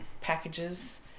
packages